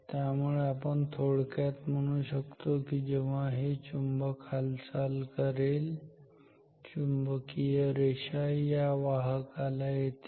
त्यामुळे थोडक्यात आपण म्हणू शकतो की जेव्हा हे चुंबक हालचाल करेल चुंबकीय रेषा या वाहकाला येतील